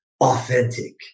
authentic